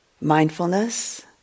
mindfulness